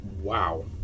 Wow